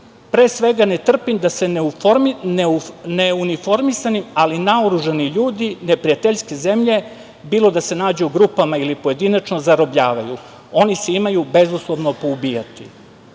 pre svega ne trpim da se neuniformisani, ali naoružani ljudi, neprijateljske zemlje, bilo da se nađu u grupama ili pojedinačno, zarobljavaju, oni se imaju bezuslovno poubijati.